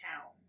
town